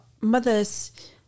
mothers